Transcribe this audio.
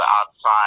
outside